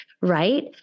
right